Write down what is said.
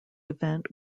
event